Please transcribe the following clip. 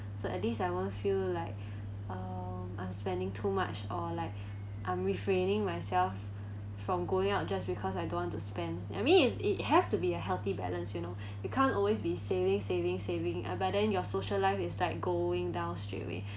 so at least I won't feel like um I'm spending too much or like I'm refraining myself from going out just because I don't want to spend I mean is it has to be a healthy balance you know you can't always be saving saving saving abandon your social life is like going down straight away